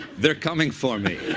they're coming for me.